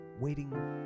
Waiting